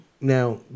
Now